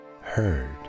heard